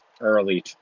early